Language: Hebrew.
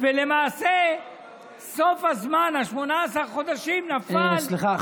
ולמעשה סוף הזמן, ה-18 חודשים, נפל --- סליחה.